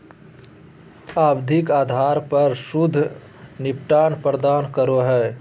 आवधिक आधार पर शुद्ध निपटान प्रदान करो हइ